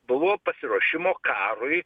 buvo pasiruošimo karui